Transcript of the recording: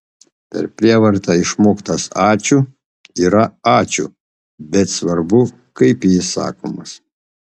per prievartą išmoktas ačiū yra ačiū bet svarbu kaip jis sakomas